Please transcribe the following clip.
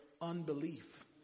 unbelief